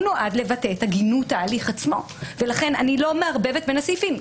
הוא נועד לבטא את הגינות ההליך עצמו ולכן אני לא מערבבת בין הסעיפים.